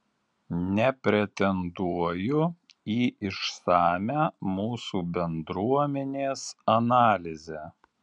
nepretenduoju į išsamią mūsų bendruomenės analizę